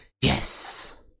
Yes